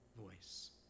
voice